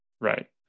Right